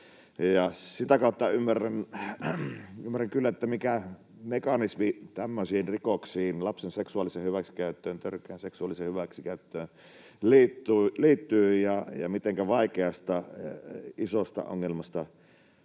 Sitä kautta ymmärrän kyllä, mikä mekanismi tämmöisiin rikoksiin, lapsen seksuaaliseen hyväksikäyttöön, törkeään seksuaaliseen hyväksikäyttöön, liittyy ja mitenkä vaikeasta, isosta ongelmasta on